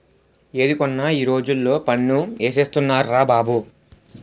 ఏది కొన్నా ఈ రోజుల్లో పన్ను ఏసేస్తున్నార్రా బాబు